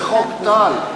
זה חוק טל.